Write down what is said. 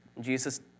Jesus